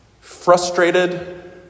frustrated